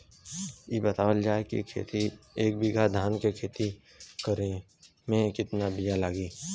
इ बतावल जाए के एक बिघा धान के खेती करेमे कितना बिया लागि?